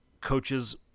coaches –